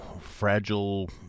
fragile